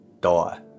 die